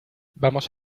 vamos